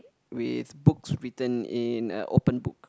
with books written in a open book